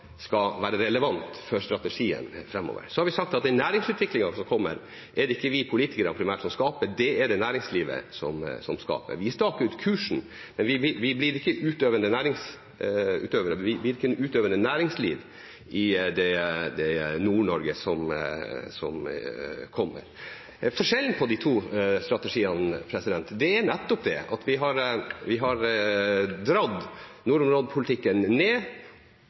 Så har vi sagt at den næringsutviklingen som kommer, er det ikke vi politikere primært som skaper, det er det næringslivet som skaper. Vi staker ut kursen, men vi blir ikke utøvere i det næringslivet som kommer i Nord-Norge. Forskjellen på de to strategiene er at vi har dratt nordområdepolitikken ned for å gjøre den relevant for landsdelen, og så forsterker vi de institusjonene og de feltene vi